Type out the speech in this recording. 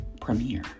premiere